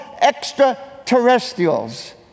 extraterrestrials